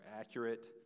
accurate